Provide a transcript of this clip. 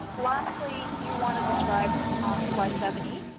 lastly, you want to describe, on slide seventy,